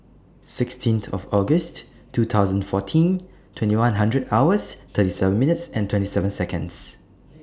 sixteen of August two thousand and fourteen twenty one hundred hours thirty seven minutes twenty seven Seconds